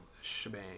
shebang